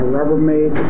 Rubbermaid